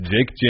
Jake